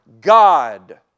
God